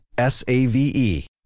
s-a-v-e